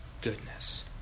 goodness